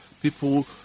People